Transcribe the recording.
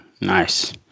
nice